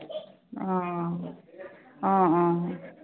অঁ অঁ অঁ